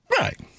Right